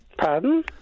Pardon